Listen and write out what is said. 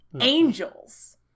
Angels